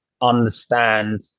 understand